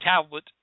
Tablet